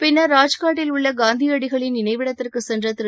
பின்னர் ராஜ்னாட்டில் உள்ள காந்தியடிகளின் நினவைடத்திற்கு சென்ற திரு